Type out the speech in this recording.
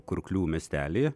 kurklių miestelyje